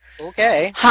okay